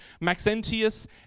Maxentius